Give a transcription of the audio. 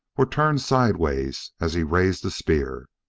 were turned sideways as he raised the spear.